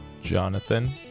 Jonathan